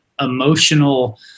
emotional